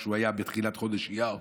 כשהוא היה בתחילת חודש אייר.